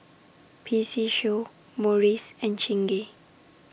P C Show Morries and Chingay